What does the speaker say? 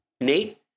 Nate